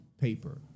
paper